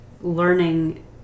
learning –